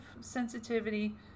sensitivity